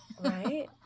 Right